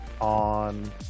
on